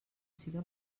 siga